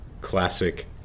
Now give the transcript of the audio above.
classic